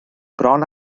bron